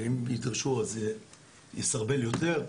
אם ידרשו אז זה יסרבל יותר,